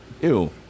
ew